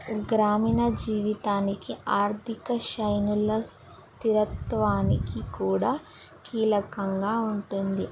గ్రామీణ జీవితానికి ఆర్థిక శైలుల స్థిరత్వానికి కూడా కీలకంగా ఉంటుంది